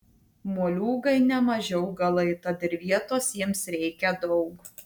moliūgai nemaži augalai tad ir vietos jiems reikia daug